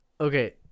Okay